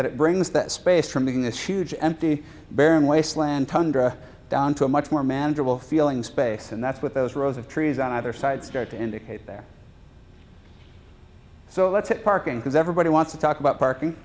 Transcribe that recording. it brings that space from being this huge empty barren wasteland tundra down to a much more manageable feeling space and that's what those rows of trees on either side start to indicate they're so let's get parking because everybody wants to talk about parking